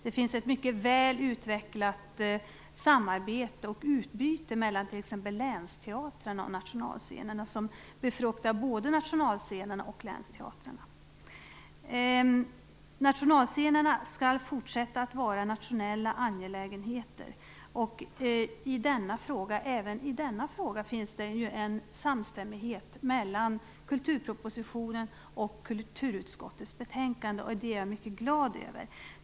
Det finns ett mycket väl utvecklat samarbete och utbyte mellan t.ex. länsteatrarna och nationalscenerna som befruktar både nationalscenerna och länsteatrarna. Nationalscenerna skall fortsätta att vara nationella angelägenheter. Även i denna fråga finns det en samstämmighet mellan kulturpropositionen och kulturutskottets betänkande, och det är jag mycket glad över.